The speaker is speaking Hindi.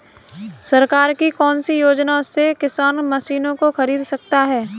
सरकार की कौन सी योजना से किसान मशीनों को खरीद सकता है?